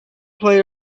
play